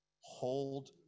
hold